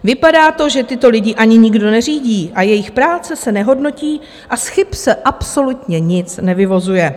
Vypadá to, že tyto lidi ani nikdo neřídí, jejich práce se nehodnotí a z chyb se absolutně nic nevyvozuje.